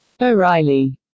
O'Reilly